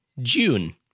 June